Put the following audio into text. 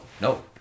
no